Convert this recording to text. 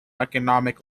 economic